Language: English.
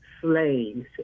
slaves